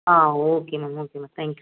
ah okay ma'am okay ma'am thank you